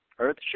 Earthship